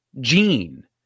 gene